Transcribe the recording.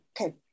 Okay